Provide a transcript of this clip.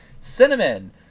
Cinnamon